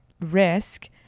risk